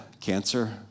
cancer